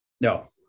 No